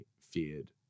feared